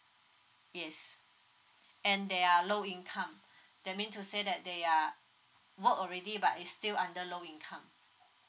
yes and they are low income that mean to say that they are work already but is still under low income